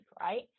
right